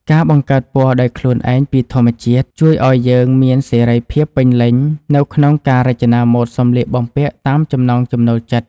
ការបង្កើតពណ៌ដោយខ្លួនឯងពីធម្មជាតិ ជួយឱ្យយើងមានសេរីភាពពេញលេញនៅក្នុងការរចនាម៉ូដសម្លៀកបំពាក់តាមចំណង់ចំណូលចិត្ត។